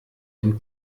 dem